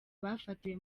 bafatiwe